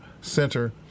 Center